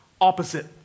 opposite